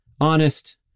honest